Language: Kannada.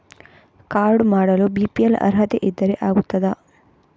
ಕಾರ್ಡು ಮಾಡಲು ಬಿ.ಪಿ.ಎಲ್ ಅರ್ಹತೆ ಇದ್ದರೆ ಆಗುತ್ತದ?